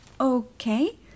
Okay